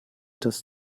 das